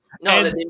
no